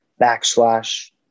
backslash